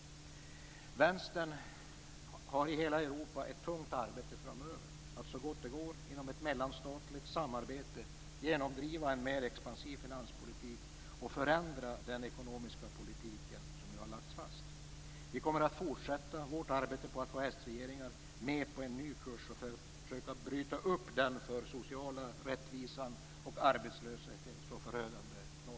Vänstern i hela Europa har ett mycket tungt arbete framöver att så gott det går inom ett mellanstatligt samarbete genomdriva en mer expansiv finanspolitik och förändra den ekonomiska politik som nu har lagts fast. Vi kommer att fortsätta vårt arbete med att få sregeringar med på en ny kurs och försöka bryta upp den för den sociala rättvisan och arbetslösheten så förödande normpolitiken.